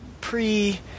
pre